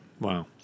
Wow